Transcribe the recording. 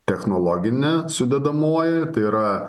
technologinė sudedamoji tai yra